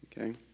Okay